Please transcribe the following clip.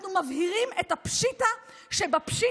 אנחנו מבהירים את הפשיטא שבפשיטא: